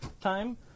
time